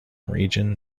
region